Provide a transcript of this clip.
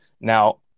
Now